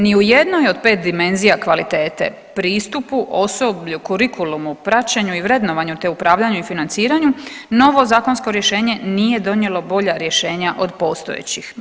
Ni u jednoj od pet dimenzija kvalitete, pristupu, osoblju, kurikulumu, praćenju i vrednovanju te upravljanju i financiranju novo zakonsko rješenje nije donijelo bolja rješenja od postojećih.